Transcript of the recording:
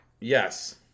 Yes